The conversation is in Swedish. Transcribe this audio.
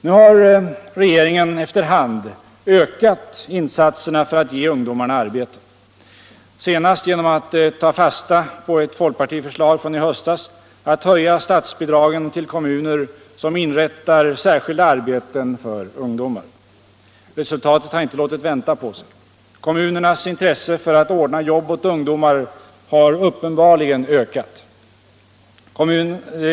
Nu har regeringen efter hand ökat insatserna för att ge ungdomarna arbete, senast genom att ta fasta på ett folkpartiförslag från i höstas att höja statsbidragen till kommuner som inrättar särskilda arbeten för ungdomar. Resultatet har inte låtit vänta på sig. Kommunernas intresse för att ordna jobb åt ungdomar har uppenbarligen ökat.